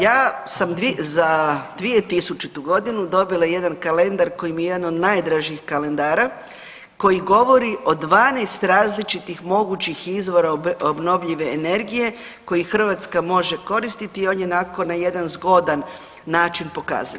Ja sam za 2000. g. dobila jedan kalendar koji mi je jedan od najdražih kalendara koji govori o 12 različitih mogućih izvora obnovljive energije koji Hrvatska može koristiti, on je onako na jedan zgodan način pokazan.